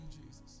Jesus